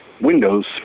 Windows